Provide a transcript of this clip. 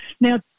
Now